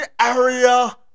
area